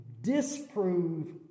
disprove